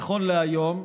נכון להיום,